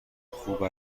خوب